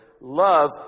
Love